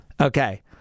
Okay